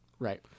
Right